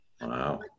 Wow